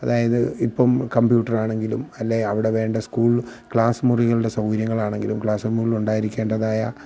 അതായത് ഇപ്പം കമ്പ്യൂട്ടറാണങ്കിലും അല്ലെങ്കിൽ അവിടെ വേണ്ട സ്കൂൾ ക്ലാസ്സ് മുറികളുടെ സൗകര്യങ്ങളാണെങ്കിലും ക്ലാസ്സ് റൂമുകളിൽ ഉണ്ടായിരിക്കേണ്ടതായ